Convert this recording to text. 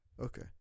Okay